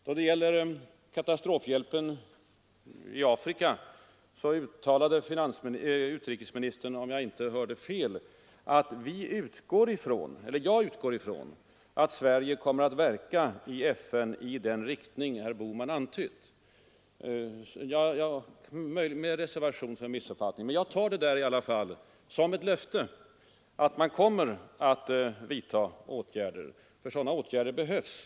Då det gäller katastrofhjälpen i Afrika uttalade utrikesministern, om jag inte hörde fel, följande: Jag utgår från att Sverige kommer att verka i FN i den riktning herr Bohman antytt. — Jag anför detta med reservation för missuppfattning, men jag tar det i alla fall som ett löfte att man kommer att vidta åtgärder, för sådana behövs.